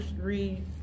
read